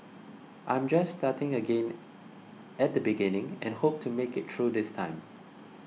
I am just starting again at the beginning and hope to make it through this time